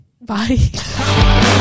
Bye